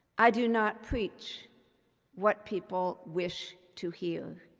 i do not preach what people wish to hear.